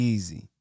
Easy